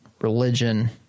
religion